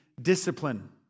Discipline